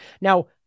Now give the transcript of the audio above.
Now